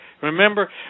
Remember